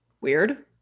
weird